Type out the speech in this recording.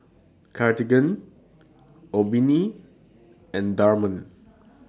Cartigain Obimin and Dermale